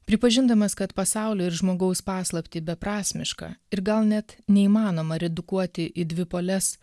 pripažindamas kad pasaulio ir žmogaus paslaptį beprasmiška ir gal net neįmanoma redukuoti į dvipoles